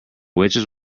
waitress